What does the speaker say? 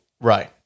Right